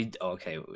Okay